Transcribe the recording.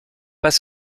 pas